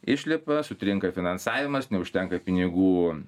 išlipa sutrinka finansavimas neužtenka pinigų